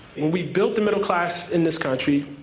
when we built the middle class in this country,